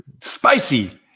spicy